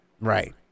Right